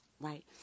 right